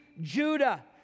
Judah